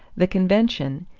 the convention,